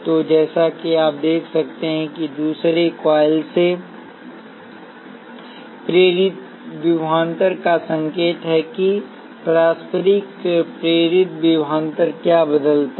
तो जैसा कि आप देख सकते हैं दूसरे कॉइल से प्रेरित विभवांतरका संकेत है कि पारस्परिक प्रेरितविभवांतरक्या बदलता है